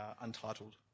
Untitled